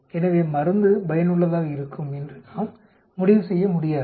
எனவே மருந்து பயனுள்ளதாக இருக்கும் என்று நாம் முடிவு செய்ய முடியாது